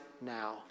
now